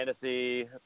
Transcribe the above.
Fantasy